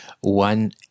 one